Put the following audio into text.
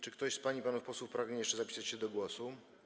Czy ktoś z pań i panów posłów pragnie jeszcze zapisać się do głosu?